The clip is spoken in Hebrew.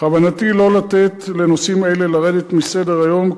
בכוונתי לא לתת לנושאים האלה לרדת מסדר-היום,